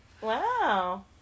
Wow